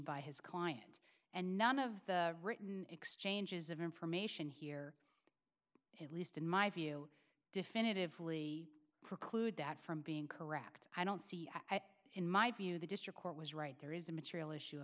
by his client and none of the written exchanges of information here at least in my view definitively preclude that from being correct i don't see that in my view the district court was right there is a material issue